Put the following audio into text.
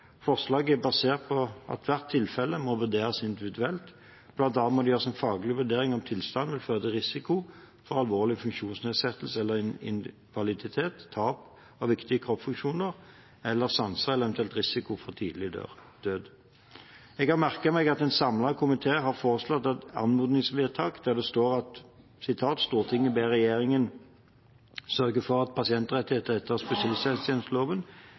Forslaget er basert på at hvert tilfelle må vurderes individuelt. Blant annet må det gjøres en faglig vurdering av om tilstanden vil føre til risiko for alvorlig funksjonsnedsettelse eller invaliditet, tap av viktige kroppsfunksjoner eller sanser eller eventuell risiko for tidlig død. Jeg har merket meg at en samlet komité har foreslått et anmodningsvedtak, der det står: «Stortinget ber regjeringen sørge for at pasientrettigheter etter spesialisthelsetjenesteloven,